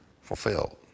fulfilled